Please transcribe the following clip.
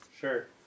Sure